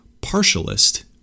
partialist